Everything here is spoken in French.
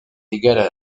égale